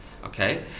Okay